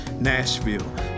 Nashville